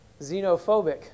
Xenophobic